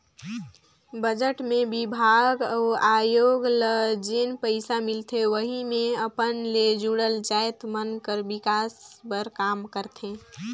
budget मे बिभाग अउ आयोग ल जेन पइसा मिलथे वहीं मे अपन ले जुड़ल जाएत मन कर बिकास बर काम करथे